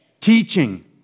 teaching